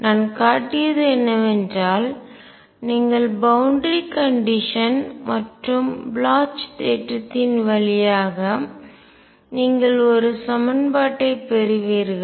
நான் காட்டியது என்னவென்றால் நீங்கள் பவுண்டரி கண்டிஷன் எல்லை நிபந்தனை மற்றும் ப்ளாச் தேற்றத்தின் வழியாக நீங்கள் ஒரு சமன்பாட்டைப் பெறுவீர்கள்